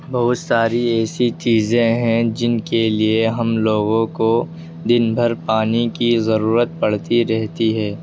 بہت ساری ایسی چیزیں ہیں جن کے لیے ہم لوگوں کو دن بھر پانی کی ضرورت پڑتی رہتی ہے